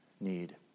need